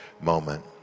moment